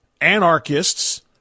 anarchists